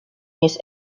his